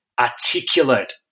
articulate